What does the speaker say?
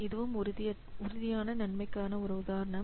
இதுவும் உறுதியான நன்மைக்கான ஒரு உதாரணம்